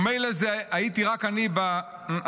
ומילא זה הייתי רק אני ב --- הזה,